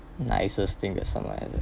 nicest thing that someone has